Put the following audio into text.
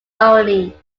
only